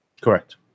Correct